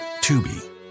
Tubi